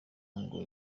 ngo